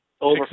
over